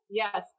yes